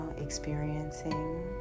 experiencing